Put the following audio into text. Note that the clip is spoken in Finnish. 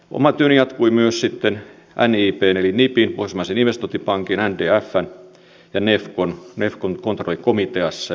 oma työni jatkui myös sitten nibn eli nibin pohjoismaisen investointipankin ndfn ja nefcon kontrollikomiteassa